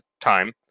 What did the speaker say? time